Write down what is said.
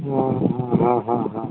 हाँ हाँ हाँ हाँ हाँ हाँ